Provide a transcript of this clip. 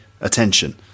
Attention